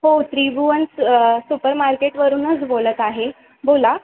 हो त्रिभुवन स् सुपर मार्केटवरूनच बोलत आहे बोला